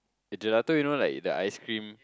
the gelato you know like the ice cream